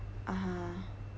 (uh huh)